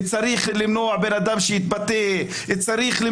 כאשר אנחנו מכניסים אותו לחוקים ולהגיד בצורה הכי ברורה,